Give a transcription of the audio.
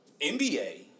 NBA